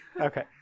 Okay